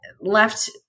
left